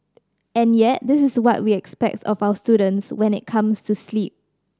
and yet this is what we expect of our students when it comes to sleep